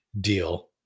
deal